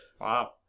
Wow